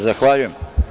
Zahvaljujem.